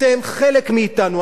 אתם חלק מאתנו,